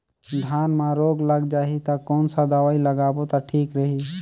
धान म रोग लग जाही ता कोन सा दवाई लगाबो ता ठीक रही?